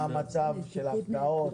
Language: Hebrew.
מה המצב של ההפקעות,